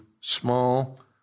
small